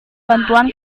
bantuan